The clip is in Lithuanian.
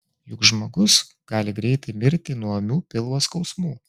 juk žmogus gali greitai mirti nuo ūmių pilvo skausmų